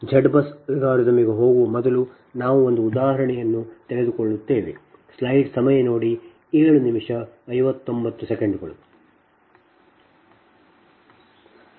Z BUS ಅಲ್ಗಾರಿದಮ್ಗೆ ಹೋಗುವ ಮೊದಲು ನಾವು ಒಂದು ಉದಾಹರಣೆಯನ್ನು ತೆಗೆದುಕೊಳ್ಳುತ್ತೇವೆ